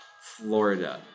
Florida